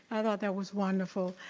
i thought that was wonderful.